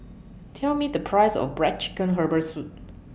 Tell Me The Price of Black Chicken Herbal Soup